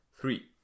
three